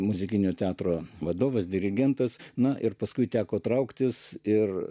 muzikinio teatro vadovas dirigentas na ir paskui teko trauktis ir